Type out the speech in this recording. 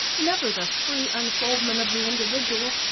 never the free unfoldment of the individual,